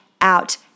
out